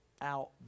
out